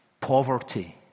Poverty